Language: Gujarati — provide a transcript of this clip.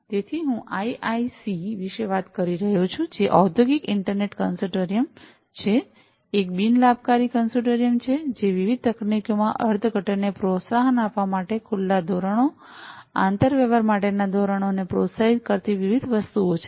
તેથી હું આઈઆઈસી વિશે વાત કરી રહ્યો હતો જે ઔદ્યોગિક ઇન્ટરનેટ કન્સોર્ટિયમ છે જે એક બિનલાભકારી કન્સોર્ટિયમ છે જે વિવિધ તકનીકોમાં અર્થઘટનને પ્રોત્સાહન આપવા માટે ખુલ્લા ધોરણો આંતરવ્યવહાર માટેના ધોરણોને પ્રોત્સાહિત કરતી વિવિધ વસ્તુઓ કરે છે